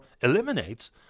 eliminates